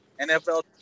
NFL